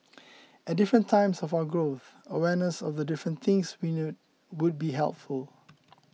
at different times of our growth awareness of the different things we need would be helpful